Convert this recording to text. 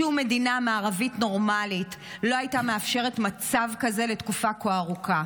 שום מדינה מערבית נורמלית לא הייתה מאפשרת מצב כזה לתקופה כה ארוכה.